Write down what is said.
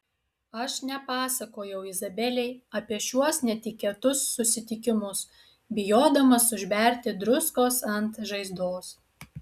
aš nepasakojau izabelei apie šiuos netikėtus susitikimus bijodamas užberti druskos ant žaizdos